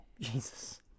Jesus